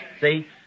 See